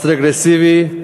מס רגרסיבי.